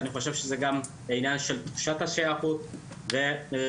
אני חושב שזה גם עניין של תחושת השייכות ולעמעום